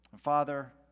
Father